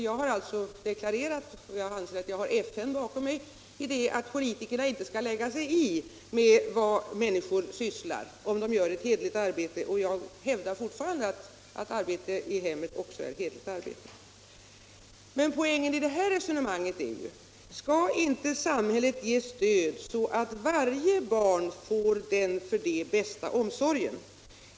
Jag har alltså deklarerat — och jag anser att jag därvidlag har FN bakom mig — att politikerna inte skall lägga sig i vad människor sysslar med om de gör ett hederligt arbete. Och jag hävdar fortfarande att arbete i hemmet också är hederligt arbete. Poängen i det här resonemanget är: Skall inte samhället ge stöd, så att varje barn får den för det bästa omsorgen?